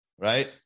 right